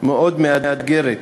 מאוד מאתגרת,